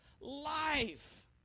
life